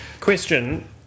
question